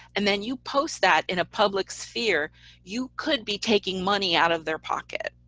and then you post that in a public sphere you could be taking money out of their pocket.